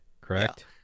correct